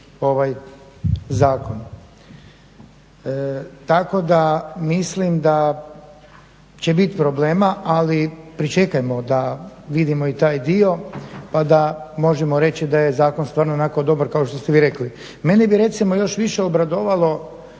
ovaj zakon. Tako da mislim da će bit problema, ali pričekajmo da vidimo i taj dio pa da možemo reći da je zakon stvarno onako dobar kao što ste vi rekli. Mene bi recimo još više obradovalo